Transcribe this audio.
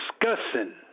discussing